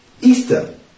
Easter